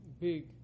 big